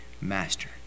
Master